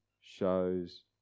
shows